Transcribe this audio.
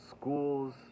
Schools